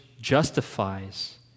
justifies